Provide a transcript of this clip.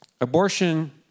Abortion